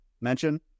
mention